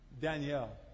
Danielle